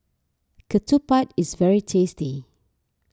Ketupat is very tasty